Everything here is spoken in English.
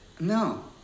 No